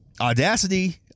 Audacity